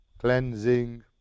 cleansing